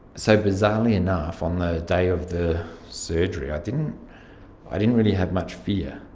so, bizarrely enough, on the day of the surgery i didn't i didn't really have much fear.